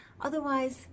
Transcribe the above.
Otherwise